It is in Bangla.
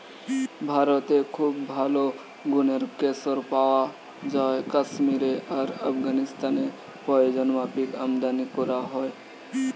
ভারতে খুব ভালো গুনের কেশর পায়া যায় কাশ্মীরে আর আফগানিস্তানে প্রয়োজনমাফিক আমদানী কোরা হয়